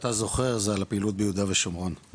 שאתה זוכר זה על הפעילות ביהודה ושומרון,